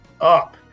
up